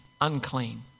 unclean